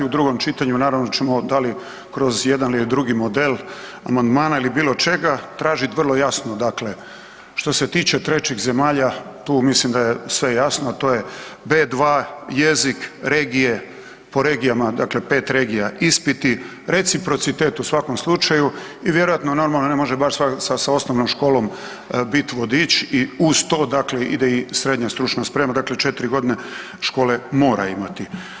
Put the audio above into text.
U drugom čitanju naravno ćemo da li kroz jedna ili drugi model amandmana ili bilo čega tražit vrlo jasno dakle što se tiče trećih zemalja tu mislim da je sve jasno, a to je B2 jezik, regije, po regijama dakle 5 regija, ispiti, reciprocitet u svakom slučaju i vjerojatno normalno ne može baš sa osnovnom školom biti vodič, uz to dakle ide i srednja stručna sprema, dakle 4 godine škole mora imati.